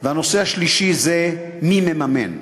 הנושא השלישי הוא מי מממן.